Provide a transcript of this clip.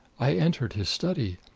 i entered his study.